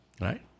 Right